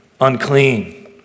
unclean